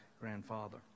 grandfather